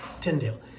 Tyndale